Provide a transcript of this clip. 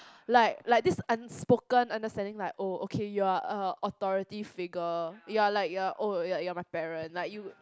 like like this unspoken understanding like oh okay you are a authority figure you are like you are oh you're you're my parent like you